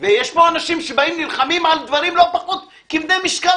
יש פה אנשים שנלחמים על דברים לא פחות כבדי משקל,